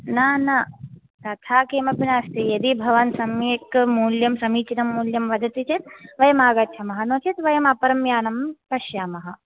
न न तथा किमपि नास्ति यदि भवान् सम्यक् मूल्यं समीचिनं मूल्यं वदति चेत् वयम् आगच्छामः नो चेत् वयम् अपरं यानं पश्यामः